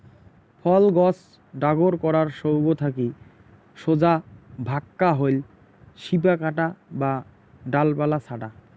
ফল গছ ডাগর করার সৌগ থাকি সোজা ভাক্কা হইল শিপা কাটা বা ডালপালা ছাঁটা